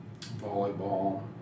volleyball